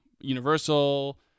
Universal